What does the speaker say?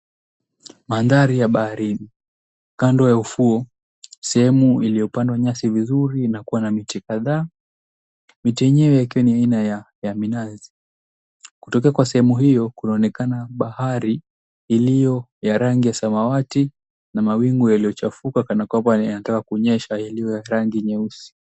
Mandhari ya baharini. Kando ya ufuo sehemu iliyopandwa nyasi vizuri inakuwa na miti kadhaa miti yenyewe ikiwa ni aina ya minazi. Kutokea kwa sehemu hio kunaonekana bahari iliyo ya rangi ya samawati na mawingu yaliyochafuka kana kwamba yanataka kunyesha yaliyo ya rangi nyeusi.